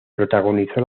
protagonizó